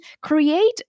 create